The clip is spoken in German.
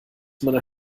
meiner